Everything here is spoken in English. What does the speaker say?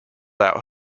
out